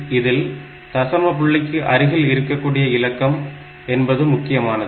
இதில் தசம புள்ளிக்கு அருகில் இருக்கக்கூடிய இலக்கம் என்பது முக்கியமானது